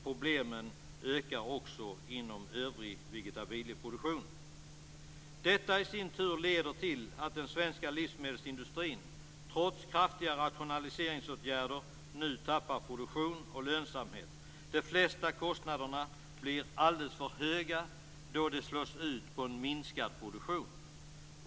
Problemen ökar också inom övrig vegetabilieproduktion. Detta i sin tur leder till att den svenska livsmedelsindustrin, trots kraftiga rationaliseringsåtgärder, nu tappar produktion och lönsamhet. De flesta kostnaderna blir alldeles för höga då de slås ut på en minskad produktion.